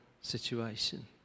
situation